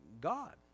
God